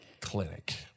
Clinic